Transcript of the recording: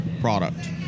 product